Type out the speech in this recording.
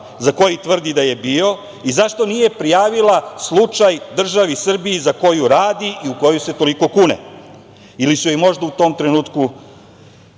za koji tvrdi da je bio? Zašto nije prijavila slučaj državi Srbiji za koju radi i u koju se toliko kune? Ili su je možda u tom trenutku,